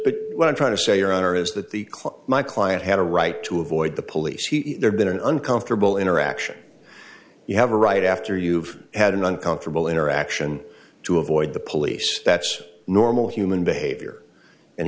over what i'm trying to say your honor is that the club my client had a right to avoid the police he there's been an uncomfortable interaction you have a right after you've had an uncomfortable interaction to avoid the police that's normal human behavior and